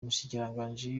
umushikiranganji